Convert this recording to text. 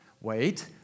Wait